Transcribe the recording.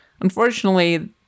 unfortunately